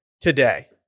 today